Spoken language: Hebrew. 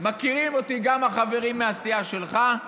מכירים אותי גם החברים מהסיעה שלך,